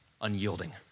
unyielding